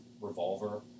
Revolver